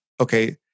okay